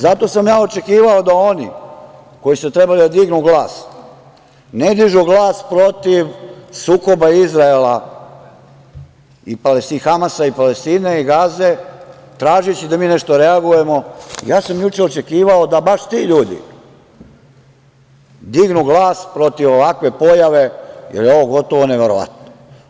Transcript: Zato sam ja očekivao da oni koji su trebali da dignu glas ne dižu glas protiv sukoba Izraela, Hamasa i Palestine i Gaze tražeći da mi nešto reagujemo, ja sam juče očekivao da baš ti ljudi dignu glas protiv ovakve pojave, jer je ovo gotovo neverovatno.